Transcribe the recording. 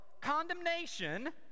condemnation